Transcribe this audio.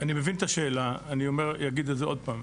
אני מבין את השאלה, ואגיד את זה עוד פעם.